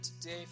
today